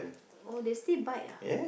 oh they still bite ah